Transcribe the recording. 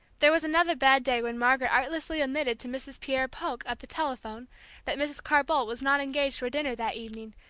there was another bad day when margaret artlessly admitted to mrs. pierre polk at the telephone that mrs. carr-boldt was not engaged for dinner that evening,